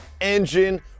engine